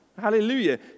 Hallelujah